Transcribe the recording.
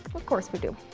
of course we do.